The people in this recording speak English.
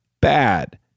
bad